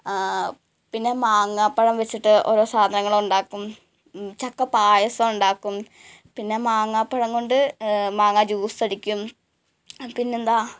പിന്നെ മാങ്ങാപ്പഴം വച്ചിട്ട് ഓരോ സാധനങ്ങളുണ്ടാക്കും ചക്ക പായസം ഉണ്ടാക്കും പിന്നെ മാങ്ങാപ്പഴം കൊണ്ട് മാങ്ങാ ജ്യൂസടിക്കും പിന്നെ എന്താണ്